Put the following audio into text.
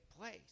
place